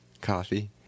coffee